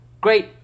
Great